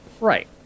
Right